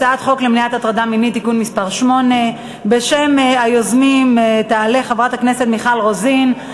הצעת חוק למניעת הטרדה מינית (תיקון מס' 8). בשם היוזמים תעלה חברת הכנסת מיכל רוזין,